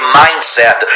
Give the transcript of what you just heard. mindset